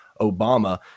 Obama